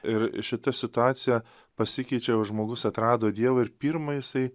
ir šita situacija pasikeičia jau žmogus atrado dievą ir pirmą jisai